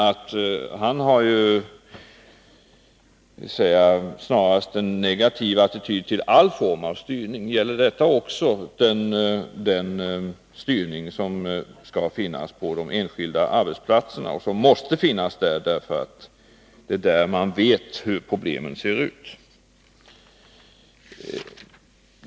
Men annars har ju Joakim Ollén snarast en negativ attityd till all form av styrning. Gäller det också den styrning som skall finnas på de enskilda arbetsplatserna och som måste finnas där, därför att det är där man vet hur problemen ser ut?